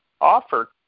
offer